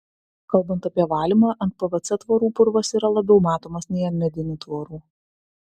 kalbant apie valymą ant pvc tvorų purvas yra labiau matomas nei ant medinių tvorų